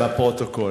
לפרוטוקול.